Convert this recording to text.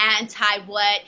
anti-what